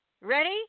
Ready